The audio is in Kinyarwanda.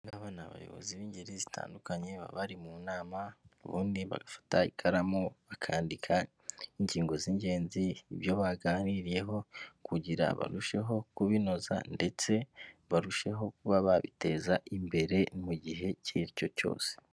Aba ni abayobozi b'ingeri zitandukanye, bari mu nama ubundi bagafata ikaramu bakandika ingingo z'ingenzi, ibyo baganiriyeho kugira barusheho kubinoza, ndetse barusheho kuba babiteza imbere mu gihe icyo ari cyo cyose.